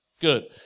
Good